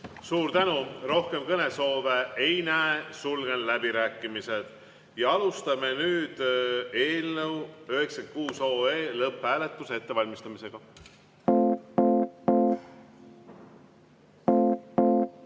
Suur tänu! Rohkem kõnesoove ei näe, sulgen läbirääkimised. Alustame nüüd eelnõu 96 lõpphääletuse ettevalmistamist.